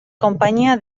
konpainia